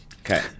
Okay